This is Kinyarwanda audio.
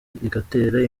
igatera